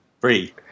Free